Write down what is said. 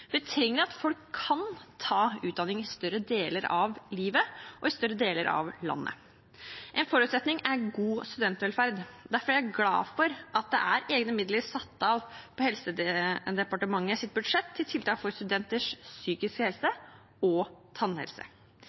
Vi trenger at folk kan ta utdanning i større deler av livet og i større deler av landet. Én forutsetning er god studentvelferd. Derfor er jeg glad for at det er satt av egne midler på Helsedepartementets budsjett til tiltak for studenters psykiske helse og tannhelse.